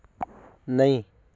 नई